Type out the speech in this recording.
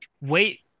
Wait